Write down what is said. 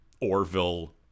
Orville